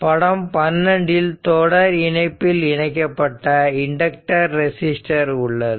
படம் 12 இல் தொடர் இணைப்பில் இணைக்கப்பட்ட இண்டக்டர் ரெசிஸ்டர் உள்ளது